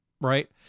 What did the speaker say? right